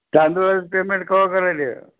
तांदूळाचं payment केव्हा करायले